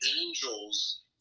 Angels